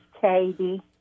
Katie